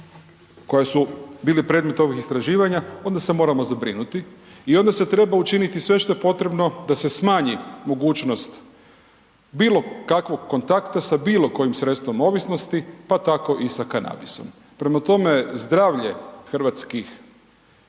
koji su bili predmet ovih istraživanja onda se moramo zabrinuti i onda se treba učiniti sve što je potrebno da se smanji mogućnost bilo kakvog kontakta sa bilo kojim sredstvom ovisnosti pa tako i sa kanabisom. Prema tome zdravlje hrvatskih